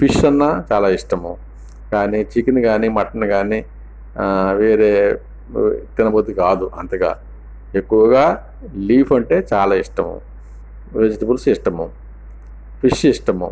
fish అన్న చాలా ఇష్టం కాని చికెన్ కాని మటన్ కాని వేరే తినబుద్ధి కాదు అంతగా ఎక్కువగా లీఫ్ అంటే చాలా ఇష్టము వెజిటేబుల్స్ ఇష్టము ఫిష్ ఇష్టము